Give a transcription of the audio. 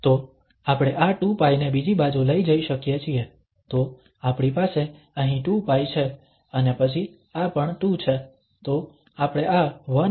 તો આપણે આ 2π ને બીજી બાજુ લઈ જઈ શકીએ છીએ તો આપણી પાસે અહીં 2π છે અને પછી આ પણ 2 છે